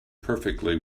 perfectly